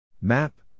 Map